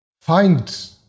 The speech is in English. find